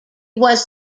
was